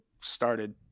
started